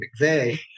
McVeigh